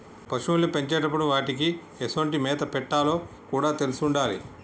పశువుల్ని పెంచేటప్పుడు వాటికీ ఎసొంటి మేత పెట్టాలో కూడా తెలిసుండాలి